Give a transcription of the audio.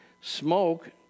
Smoke